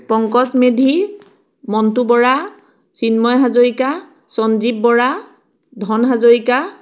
Pankaj Medhi Montu Bora Chinmoy Hazarika Sanjib Bora Dhan Hazarika